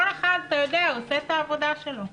כל אחד עושה את עבודתו.